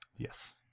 yes